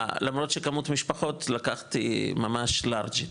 למרות שכמות המשפחות לקחת ממש לארג'ית.